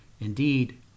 Indeed